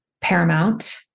paramount